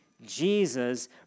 Jesus